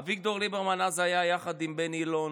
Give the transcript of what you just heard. אביגדור ליברמן אז היה יחד עם בני אלון,